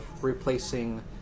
replacing